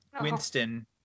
Winston